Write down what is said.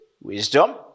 wisdom